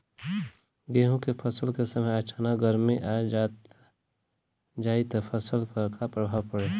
गेहुँ के फसल के समय अचानक गर्मी आ जाई त फसल पर का प्रभाव पड़ी?